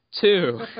Two